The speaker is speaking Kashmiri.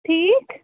ٹھیٖک